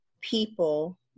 people